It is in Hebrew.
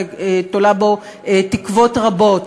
אני תולה בו תקוות רבות.